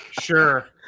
Sure